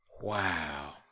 Wow